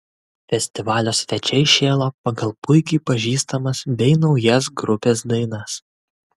festivalio svečiai šėlo pagal puikiai pažįstamas bei naujas grupės dainas